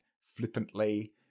flippantly